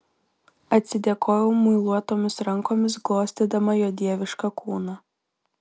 atsidėkojau muiluotomis rankomis glostydama jo dievišką kūną